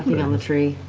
on the tree.